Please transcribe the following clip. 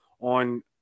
on